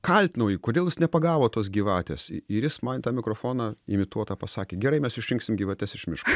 kaltinau jį kodėl jis nepagavo tos gyvatės ir jis man į tą mikrofoną imituotą pasakė gerai mes išrinksim gyvates iš miško